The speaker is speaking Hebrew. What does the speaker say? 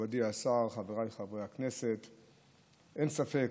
מכובדי השר, חבריי חברי הכנסת, אין ספק